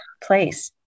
place